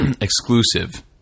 exclusive